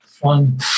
One